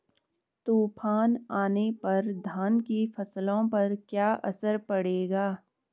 तूफान आने पर धान की फसलों पर क्या असर पड़ेगा?